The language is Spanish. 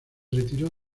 retiró